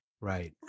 Right